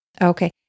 Okay